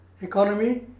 economy